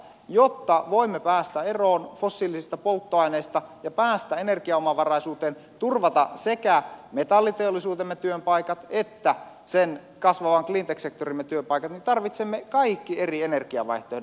jotta voimme päästä eroon fossiilisista polttoaineista ja päästä energiaomavaraisuuteen turvata sekä metalliteollisuutemme työpaikat että sen kasvavan cleantech sektorimme työpaikat tarvitsemme kaikki eri energiavaihtoehdot